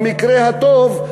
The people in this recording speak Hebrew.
במקרה הטוב,